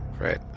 Right